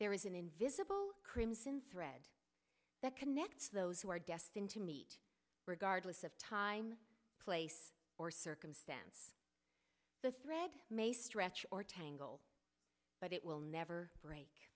there is an invisible crimson thread that connects those who are destined to meet regardless of time place or circumstance the thread may stretch or tangle but it will never break